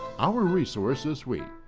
our resource this week,